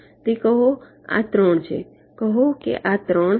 તે કહો કે આ 3 છે કહો કે આ 3 છે